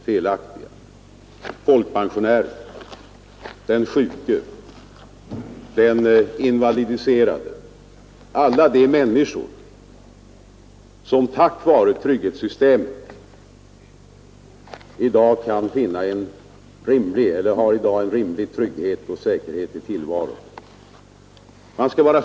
Tala med folkpensionären, den sjuke, den invalidiserade, alla de människor, som tack vare trygghetssystemet i dag har en rimlig säkerhet i tillvaron.